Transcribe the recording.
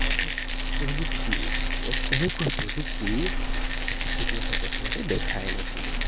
এক প্ৰযুক্তি এক এনেকুৱা প্ৰযুক্তি যিটো আমি প্ৰথমতে দেখাই নাছিলোঁ